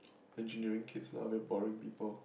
engineering keeps a lot of your boring people